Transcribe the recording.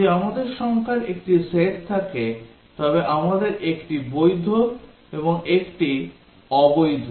যদি আমাদের সংখ্যার একটি সেট থাকে তবে আমাদের 1 টি বৈধ এবং 1 টি অবৈধ